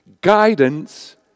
Guidance